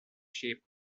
sheep